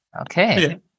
Okay